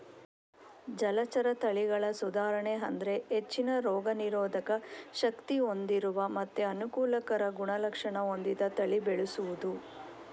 ಜಲಚರ ತಳಿಗಳ ಸುಧಾರಣೆ ಅಂದ್ರೆ ಹೆಚ್ಚಿನ ರೋಗ ನಿರೋಧಕ ಶಕ್ತಿ ಹೊಂದಿರುವ ಮತ್ತೆ ಅನುಕೂಲಕರ ಗುಣಲಕ್ಷಣ ಹೊಂದಿದ ತಳಿ ಬೆಳೆಸುದು